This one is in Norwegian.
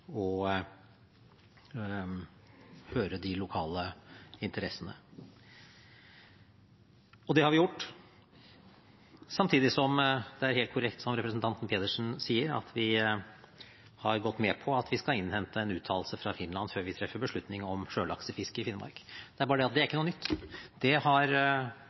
å høre de lokale interessene. Og det har vi gjort. Samtidig er det helt korrekt, som representanten Pedersen sier, at vi har gått med på at vi skal innhente en uttalelse fra Finland før vi treffer beslutning om sjølaksefiske i Finnmark. Det er bare det at det ikke er noe nytt. Helga Pedersen har